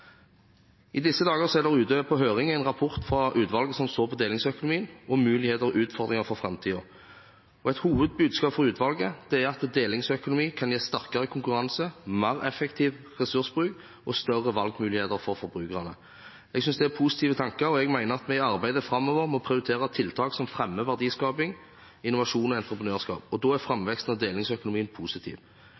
I disse dager er det ute på høring en rapport fra utvalget som så på delingsøkonomien og muligheter og utfordringer for framtiden. Et hovedbudskap fra utvalget er at delingsøkonomi kan gi sterkere konkurranse, mer effektiv ressursbruk og større valgmuligheter for forbrukerne. Jeg synes det er positive tanker, og jeg mener at vi i arbeidet framover må prioritere tiltak som fremmer verdiskaping, innovasjon og entreprenørskap. Da er framveksten av delingsøkonomien positiv.